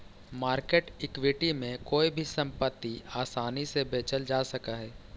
market equity में कोई भी संपत्ति आसानी से बेचल जा सकऽ हई